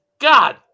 God